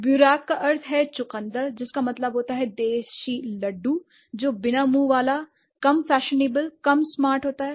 बुरक का अर्थ है चुकंदर जिसका मतलब होता है देशी लड्डू जो बिना मुंह वाला कम फैशनेबल कम स्मार्ट होता है